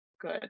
Good